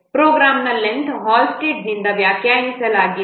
ಪ್ರೋಗ್ರಾಂನ ಲೆಂಥ್ ಹಾಲ್ಸ್ಟೆಡ್ನಿಂದ ವ್ಯಾಖ್ಯಾನಿಸಲಾಗಿದೆ